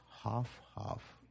half-half